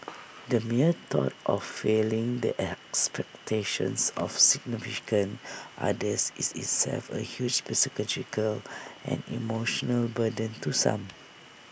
the mere thought of failing the expectations of significant others is itself A huge psychological and emotional burden to some